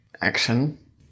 Action